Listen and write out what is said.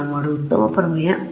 ನಾವು ಮಾಡುವ ಉತ್ತಮ ಪ್ರಮೇಯ